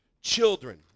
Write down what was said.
children